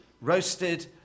Roasted